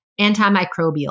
antimicrobial